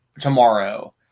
tomorrow